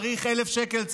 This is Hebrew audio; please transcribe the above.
צריך 1,000 שקל,